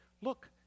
Look